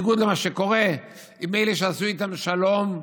בניגוד למה שקורה עם אלה שעשו איתנו שלום בעבר,